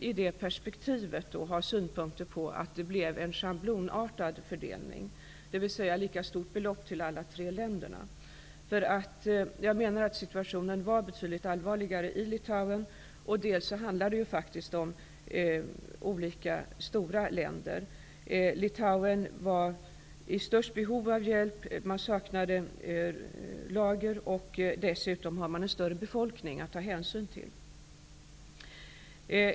I det perspektivet kan man ha synpunkter på att det gjordes en schablonartad fördelning, dvs. att alla tre länderna fick lika stora belopp. Ja menar att situationen var betydligt allvarligare i Litauen. Det är också fråga om olika stora länder. Litauen var i störst behov av hjälp. Man saknade lager. Litauen har dessutom en större befolkning än de två andra länderna att ta hänsyn till.